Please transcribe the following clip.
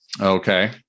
Okay